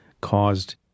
caused